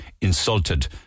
insulted